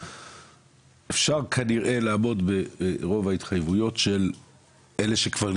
יש כאן התחייבויות ויש כאן גם ,